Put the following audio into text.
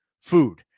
food